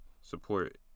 support